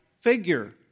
figure